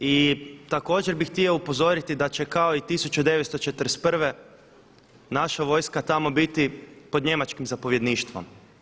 I također bih htio upozoriti da će kao i 1941. naša vojska tamo biti pod njemačkim zapovjedništvom.